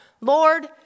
Lord